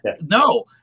No